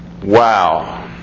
Wow